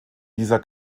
dieser